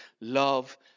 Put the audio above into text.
Love